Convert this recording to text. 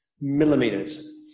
millimeters